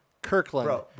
Kirkland